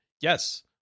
Yes